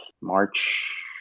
March